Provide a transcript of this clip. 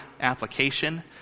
application